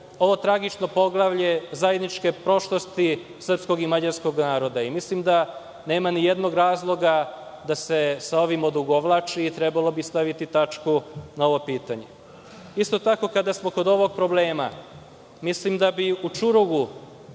ovo tragično poglavlje zajedničke prošlosti srpskog i mađarskog naroda? Mislim da nema nijednog razloga da se sa ovim odugovlači i trebalo bi staviti tačku na ovo pitanje. Isto tako, kada smo kod ovog problema, mislim da bi u Čurugu,